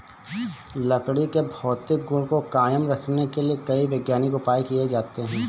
लकड़ी के भौतिक गुण को कायम रखने के लिए कई वैज्ञानिक उपाय किये जाते हैं